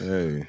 Hey